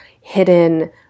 hidden